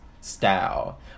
style